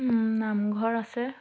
নামঘৰ আছে